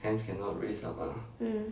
mm